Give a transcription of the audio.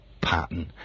pattern